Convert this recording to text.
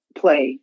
play